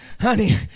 honey